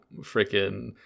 freaking